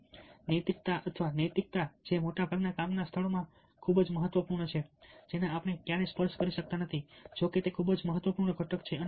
હવે નૈતિકતા અથવા નૈતિકતા જે મોટાભાગના કામના સ્થળોમાં ખૂબ જ મહત્વપૂર્ણ છે જેને આપણે ક્યારેય સ્પર્શ કરી શકતા નથી જો કે તે ખૂબ જ મહત્વપૂર્ણ ઘટક છે